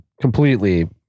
completely